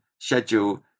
schedule